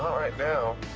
right now.